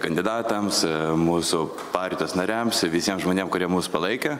kandidatams mūsų partijos nariams visiems žmonėm kurie mus palaikė